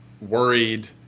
worried